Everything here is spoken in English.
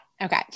okay